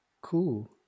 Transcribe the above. Cool